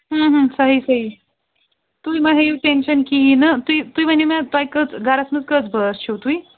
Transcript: صحیح صحیح تُہۍ ما ہیٚیِو ٹٮ۪نشَن کِہیٖنۍ نہٕ تُہۍ تُہۍ ؤنِو مےٚ تۄہہِ کٔژ گَرَس منٛز کٔژ بٲژ چھِو تُہۍ